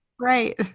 right